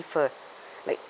her like